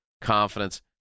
Confidence